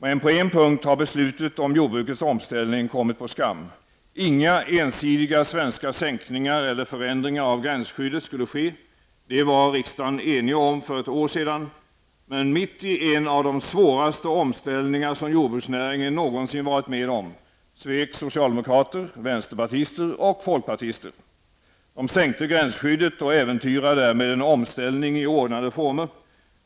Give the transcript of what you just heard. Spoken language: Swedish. Men på en punkt har beslutet om jordbrukets omställning kommit på skam. Inga ensidiga svenska sänkningar eller förändringar av gränsskyddet skulle ske -- det var riksdagen enig om för ett år sedan. Men mitt i en av de svåraste omställningar som jordbruksnäringen någonsin varit med om svek socialdemokrater, vänsterpartister och folkpartister. De sänkte gränsskyddet och äventyrar därmed en omställning i ordnade former.